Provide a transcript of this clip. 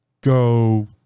go